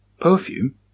Perfume